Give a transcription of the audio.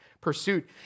pursuit